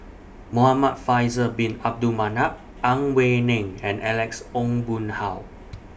Muhamad Faisal Bin Abdul Manap Ang Wei Neng and Alex Ong Boon Hau